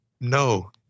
no